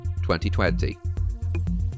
2020